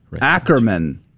ackerman